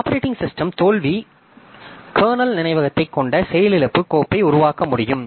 operating system தோல்வி kernel நினைவகத்தைக் கொண்ட செயலிழப்பு கோப்பை உருவாக்க முடியும்